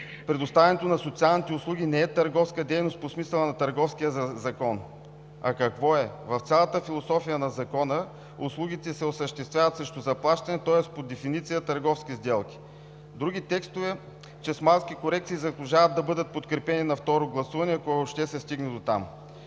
предоставянето на социалните услуги не е търговска дейност по смисъла на Търговския закон. А какво е? В цялата философия на Закона услугите се осъществяват срещу заплащане, тоест по дефиниция „Търговски сделки“. Други текстове чрез малки корекции заслужават да бъдат подкрепени на второ гласуване, ако въобще се стигне дотам.